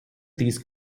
these